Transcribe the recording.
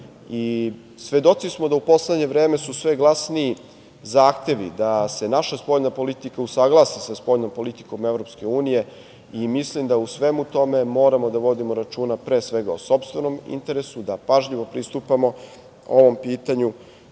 Svedoci smo da u poslednje vreme, sve glasniji zahtevi da se naša spoljna politika usaglasi sa spoljnom politikom EU, i mislim da u svemu tome moramo da vodimo računa, pre svega o sopstvenom interesu, da pažljivo pristupamo ovom pitanju